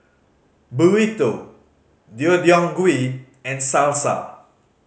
Burrito Deodeok Gui and Salsa